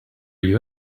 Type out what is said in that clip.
you